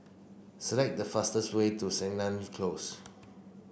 select the fastest way to Sennett Close